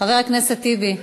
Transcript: חבר הכנסת טיבי,